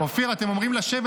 אופיר, אתם אומרים לשבת.